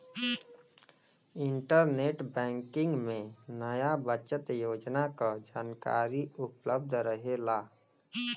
internet banking में नया बचत योजना क जानकारी उपलब्ध रहेला